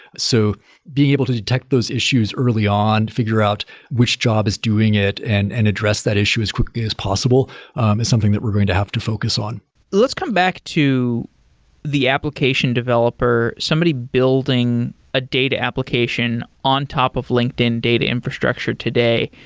so being able to detect those issues early on, figure out which job is doing it and and address that issue as quickly as possible um is something that we're going to have to focus on let's come back to the application developer, somebody building a data application on top of linkedin data infrastructure today.